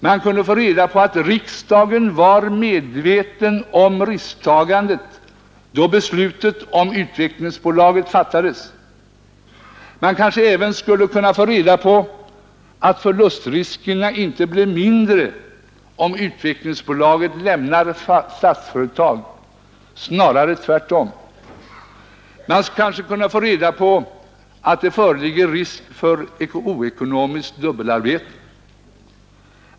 Man kunde få reda på att riksdagen var medveten om risktagandet, då beslutet om Utvecklingsbolaget fattades. Man kanske även skulle kunna få reda på att förlustriskerna inte blir mindre om Utvecklingsbolaget lämnar Statsföretag, snarare tvärtom. Man kanske kunde få reda på att det föreligger risk för ett oekonomiskt dubbelarbete.